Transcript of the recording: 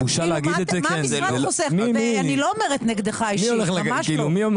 אני לא אומרת נגדך אישית, ממש לא.